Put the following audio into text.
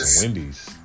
Wendy's